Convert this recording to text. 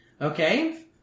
Okay